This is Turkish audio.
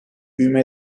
büyüme